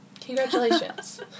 Congratulations